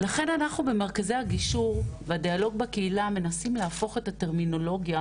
לכן אנחנו במרכזי הגישור והדיאלוג בקהילה מנסים להפוך את הטרמינולוגיה,